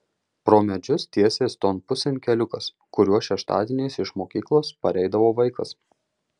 pro medžius tiesės ton pusėn keliukas kuriuo šeštadieniais iš mokyklos pareidavo vaikas